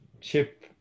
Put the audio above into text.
chip